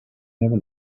never